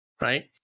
right